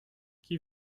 qui